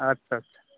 আচ্ছা আছা